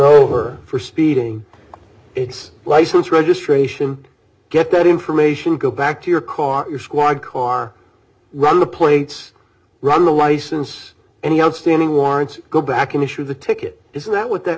over for speeding it's license registration get that information go back to your car your squad car run the plates run the license any outstanding warrants go back an issue the ticket is now what that